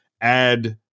add